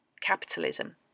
capitalism